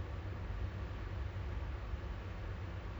but sederhana lah you know